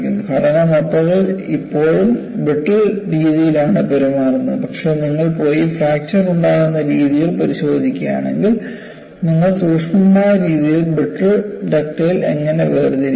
ഘടന മൊത്തത്തിൽ ഇപ്പോഴും ബ്രിട്ടിൽ രീതിയിലാണ് പെരുമാറുന്നത് പക്ഷേ നിങ്ങൾ പോയി ഫ്രാക്ചർ ഉണ്ടാവുന്ന രീതികൾ പരിശോധിക്കുകയാണെങ്കിൽ നിങ്ങൾ സൂക്ഷ്മമായ രീതിയിൽ ബ്രിട്ടിൽ ഡക്റ്റൈൽ എന്നിങ്ങനെ വേർതിരിക്കുന്നു